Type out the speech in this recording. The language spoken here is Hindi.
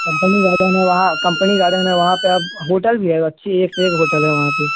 कंपनी गार्डन है वहाँ कंपनी गार्डन है वहाँ पर अब होटल भी है अच्छी एक से एक होटल है वहाँ पर